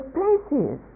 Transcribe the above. places